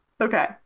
okay